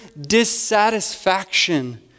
dissatisfaction